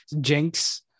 Jinx